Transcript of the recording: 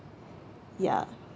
ya